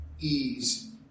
ease